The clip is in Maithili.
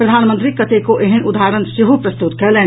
प्रधानमंत्री कतेको एहेन उदाहरण सेहो प्रस्तुत कयलनि